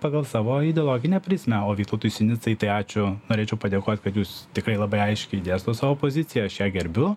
pagal savo ideologinę prizmę o vytautui sinicai tai ačiū norėčiau padėkot kad jūs tikrai labai aiškiai dėstot savo poziciją aš ją gerbiu